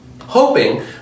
hoping